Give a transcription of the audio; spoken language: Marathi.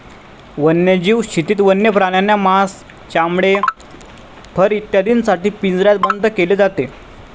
वन्यजीव शेतीत वन्य प्राण्यांना मांस, चामडे, फर इत्यादींसाठी पिंजऱ्यात बंद केले जाते